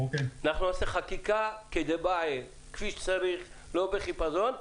אנחנו נעשה חקיקה כדבעי, כפי שצריך, לא בחיפזון.